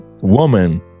Woman